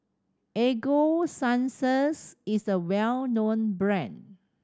Ego Sunsense is a well known brand